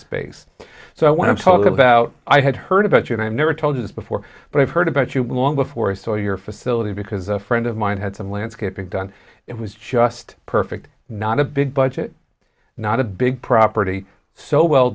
space so when i'm talking about i had heard about you and i've never told you this before but i've heard about you long before i saw your facility because a friend of mine had some landscaping done it was just perfect not a big budget not a big property so well